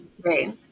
Right